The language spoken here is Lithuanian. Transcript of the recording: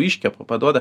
iškepa paduoda